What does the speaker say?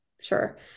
Sure